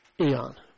eon